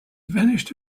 vanished